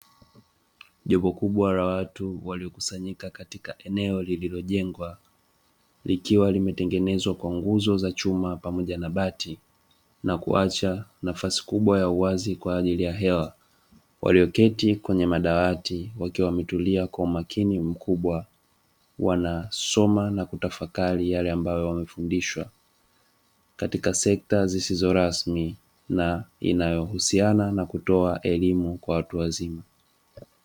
Jopo kubwa la watu waliokusanyika katika eneo lililojengwa likiwa imetengenezwa kwa nguzo za chuma pamoja na bati na kuacha nafasi kubwa ya uwazi kwa ajili ya hewa walioketi kwenye madawati wakiwa mametullia kwa umakini mkubwa wanasoma na kutafakari yale ambayo wamefundishwa, katika sekta zisizo rasmi na inayohusiana na elimu ya watu wazima.